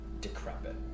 decrepit